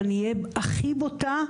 ואני אהיה הכי בוטה,